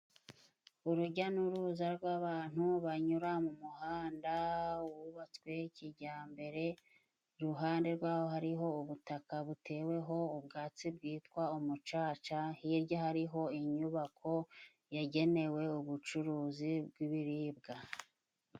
Urujya n'uruza rw'abantu banyura mu muhanda wubatswe kijyambere. Iruhande rwaho hariho ubutaka buteweho ubwatsi bwitwa umucaca. Hirya hariho inyubako yagenewe ubucuruzi bw'ibiribwa.